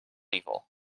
evil